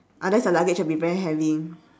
unless your luggage will be very heavy